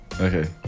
okay